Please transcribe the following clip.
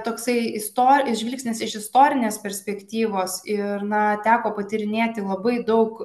toksai isto žvilgsnis iš istorinės perspektyvos ir na teko patyrinėti labai daug